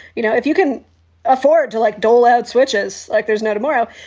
you know, if you can afford to like dole out switches like there's no tomorrow.